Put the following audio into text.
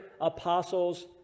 apostles